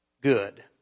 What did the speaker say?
good